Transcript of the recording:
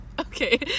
Okay